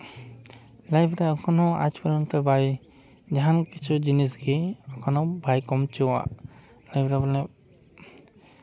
life ᱨᱮ ᱮᱠᱷᱚᱱ ᱦᱚᱸ ᱟᱡᱽ ᱯᱚᱨᱡᱚᱱᱛᱚ ᱵᱟᱭ ᱡᱟᱦᱟᱱ ᱠᱤᱪᱷᱩ ᱡᱤᱱᱤᱥ ᱜᱮ ᱮᱠᱷᱱᱳ ᱵᱟᱭ ᱠᱚᱢ ᱦᱚᱪᱚᱣᱟ ᱞᱟᱭᱤᱯᱷ ᱨᱮ ᱢᱟᱱᱮ